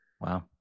wow